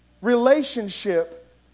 relationship